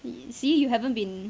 see you haven't been